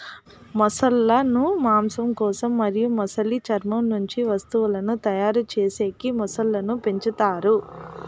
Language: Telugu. మొసళ్ళ ను మాంసం కోసం మరియు మొసలి చర్మం నుంచి వస్తువులను తయారు చేసేకి మొసళ్ళను పెంచుతారు